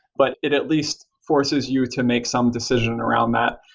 but it at least forces you to make some decision around that.